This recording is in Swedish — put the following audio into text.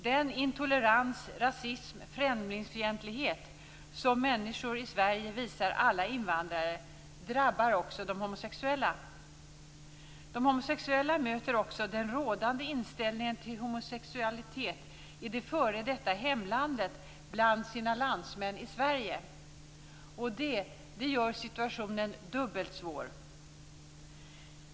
Den intolerans, rasism och främlingsfientlighet som människor i Sverige visar alla invandrare drabbar också de homosexuella. De homosexuella möter också den rådande inställningen till homosexualitet i det f.d. hemlandet bland sina landsmän i Sverige. Det gör situationen dubbelt svår.